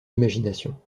imagination